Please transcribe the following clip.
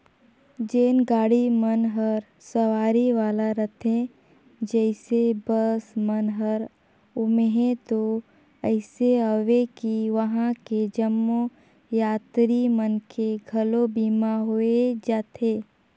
जेन गाड़ी मन हर सवारी वाला रथे जइसे बस मन हर ओम्हें तो अइसे अवे कि वंहा के जम्मो यातरी मन के घलो बीमा होय जाथे